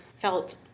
felt